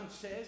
says